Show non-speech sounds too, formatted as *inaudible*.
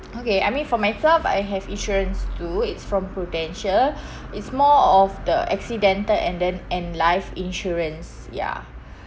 okay I mean for myself I have insurance too it's from prudential *breath* it's more of the accidental and then and life insurance ya